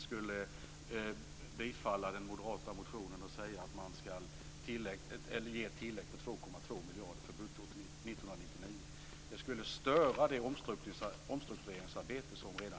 Det sätter en mycket viktig verksamhet i stora problem. Det leder inte till långsiktiga beslut med den framförhållning som en sådan här verksamhet behöver.